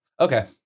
Okay